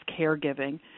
caregiving